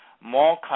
more